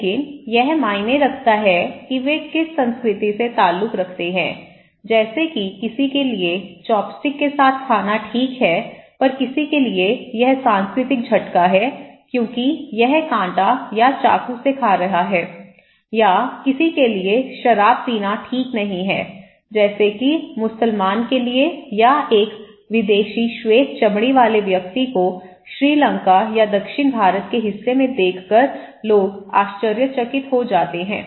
लेकिन यह मायने रखता है कि वे किस संस्कृति से ताल्लुक रखते हैं जैसे कि किसी के लिए चॉपस्टिक के साथ खाना ठीक है पर किसी के लिए यह सांस्कृतिक झटका है क्योंकि यह कांटा या चाकू से खा रहा है या किसी के लिए शराब पीना ठीक नहीं है जैसे कि मुसलमान के लिए या एक विदेशी श्वेत चमड़ी वाले व्यक्ति को श्रीलंका या दक्षिण भारत के हिस्से में देखकर लोग आश्चर्यचकित हो जाते हैं